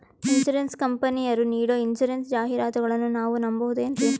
Insurance ಕಂಪನಿಯರು ನೀಡೋ insurance ಜಾಹಿರಾತುಗಳನ್ನು ನಾವು ನಂಬಹುದೇನ್ರಿ?